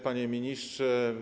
Panie Ministrze!